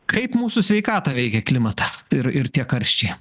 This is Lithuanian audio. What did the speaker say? kaip mūsų sveikatą veikia klimatas ir ir tie karščiai